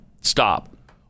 stop